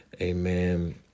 Amen